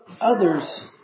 others